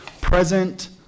present